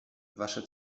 wasze